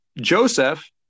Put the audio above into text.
Joseph